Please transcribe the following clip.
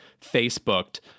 Facebooked